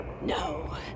No